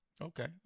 okay